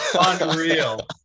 unreal